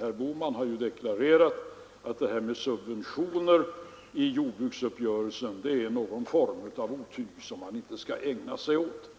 Herr Bohman har ju deklarerat att subventioner i jordbruksuppgörelser är en form av otyg som man inte skall ägna sig åt.